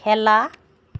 খেলা